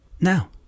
now